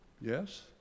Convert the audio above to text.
yes